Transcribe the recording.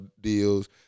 deals